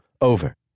Over